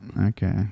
Okay